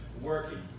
working